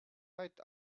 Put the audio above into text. right